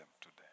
today